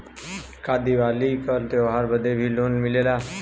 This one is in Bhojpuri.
का दिवाली का त्योहारी बदे भी लोन मिलेला?